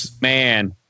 man